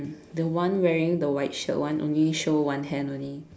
the one wearing the white shirt one only show one hand only